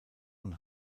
und